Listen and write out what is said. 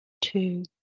Two